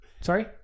Sorry